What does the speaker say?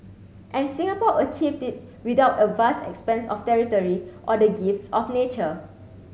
and Singapore achieved it without a vast expanse of territory or the gifts of nature